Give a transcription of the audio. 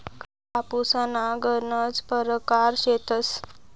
कापूसना गनज परकार शेतस